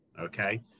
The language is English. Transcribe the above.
Okay